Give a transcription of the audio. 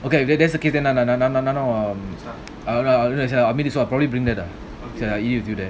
okay if that that's the case then no no no no I'll probably bring there lah [sial] I'll eat with you there